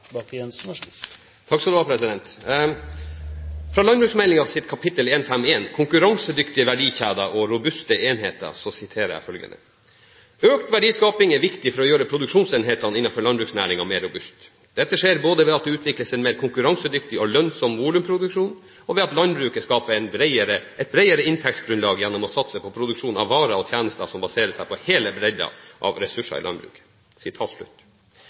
kapittel 1.5.1, Konkurransedyktige verdikjeder og robuste enheter, siterer jeg: «Økt verdiskaping er viktig for å gjøre produksjonsenhetene innenfor landbruksnæringene mer robuste. Dette bør skje både ved at det utvikles en mer konkurransedyktig og lønnsom volumproduksjon og ved at landbruket skaper et bredere inntektsgrunnlag gjennom å satse på produksjon av varer og tjenester som baserer seg på hele bredden av ressurser i landbruket.»